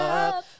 up